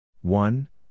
one